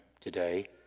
today